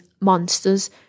monsters